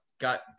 Got